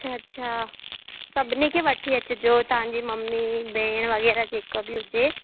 अच्छा अच्छा सभिनी खे वठी अचिजो तव्हांजी मम्मी भेण वग़ैरह जेका बि हुजे